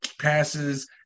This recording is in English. passes